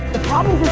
the problem